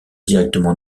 directement